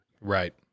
Right